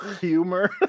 Humor